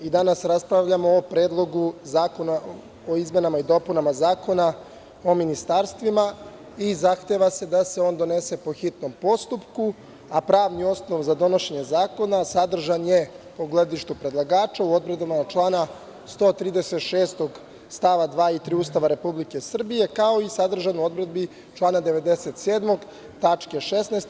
Danas raspravljamo o Predlogu zakona o izmenama i dopunama Zakona o ministarstvima i zahteva se da se on donese po hitnom postupku, a pravni osnov za donošenje zakona sadržan je, u gledištu predlagača, u odredbama člana 136. stava 2. i 3. Ustava Republike Srbije, kao i sadržan u odredbi člana 97. tačke 16.